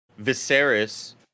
Viserys